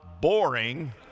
boring